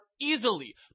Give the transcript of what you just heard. easily